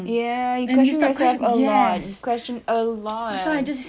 ya and you start question a lot question a lot